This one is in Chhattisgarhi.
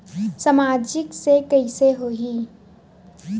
सामाजिक से कइसे होही?